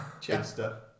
Chester